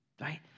right